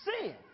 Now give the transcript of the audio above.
sin